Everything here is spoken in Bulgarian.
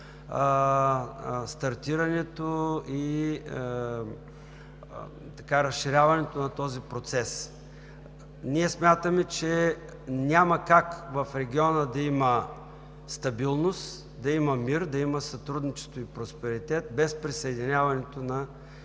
стартирането и разширяването на този процес. Ние смятаме, че няма как в региона да има стабилност, да има мир, да има сътрудничество и просперитет без присъединяването на